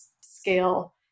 scale